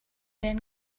then